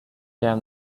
down